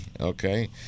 Okay